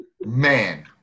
man